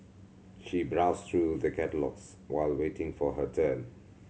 she browsed through the catalogues while waiting for her turn